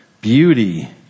beauty